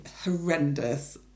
horrendous